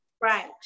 Right